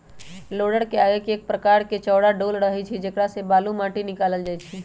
लोडरके आगे एक प्रकार के चौरा डोल रहै छइ जेकरा से बालू, माटि निकालल जाइ छइ